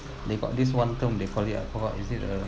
they got this one term they call it I forgot is it uh